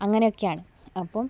അങ്ങനെയൊക്കാണ് അപ്പം